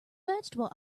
vegetable